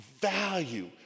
Value